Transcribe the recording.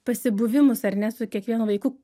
pasibuvimus ar ne su kiekvienu vaiku